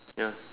ya